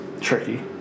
tricky